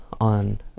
on